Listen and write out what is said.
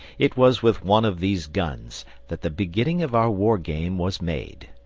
it was with one of these guns that the beginning of our war game was made.